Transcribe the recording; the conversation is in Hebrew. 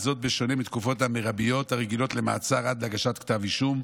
וזאת בשונה מהתקופות המרביות הרגילות למעצר עד להגשת כתב אישום,